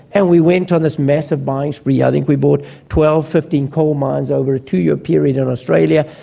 and we went on this massive buying spree. i think we bought twelve, fifteen coal mines over a two-year period in australia,